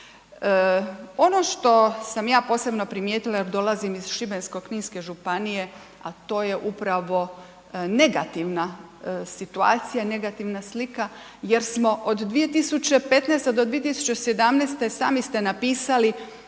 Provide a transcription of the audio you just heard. Ono što sam ja posebno primijetila jer dolazim iz Šibensko-kninske županije, a to je upravo negativna situacija, negativna slika jer smo od 2015. do 2017. sami ste napisali